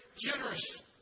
generous